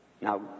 Now